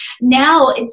Now